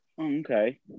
Okay